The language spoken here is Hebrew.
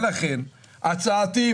הצעתי,